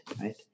right